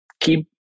keep